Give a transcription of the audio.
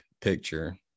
picture